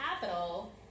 capital